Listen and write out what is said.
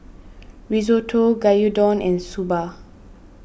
Risotto Gyudon and Soba